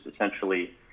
essentially